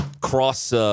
cross